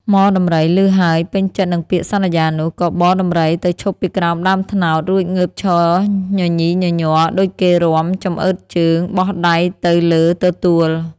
ហ្មដំរី ឮហើយពេញចិត្តនឹងពាក្យសន្យានោះ ក៏បរដំរីទៅឈប់ពីក្រោមដើមត្នោត រួចងើបឈរញញីញញ័រដូចគេរាំ ចំអើតជើង បោះដៃទៅលើទទួល។